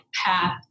path